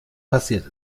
passiert